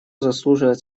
заслуживает